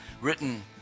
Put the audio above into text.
written